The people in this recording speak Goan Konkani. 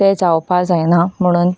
ते जावपाक जायना म्हुणून